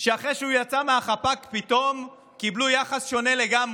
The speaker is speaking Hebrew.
שאחרי שהוא יצא מהחפ"ק פתאום קיבלו יחס שונה לגמרי,